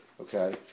okay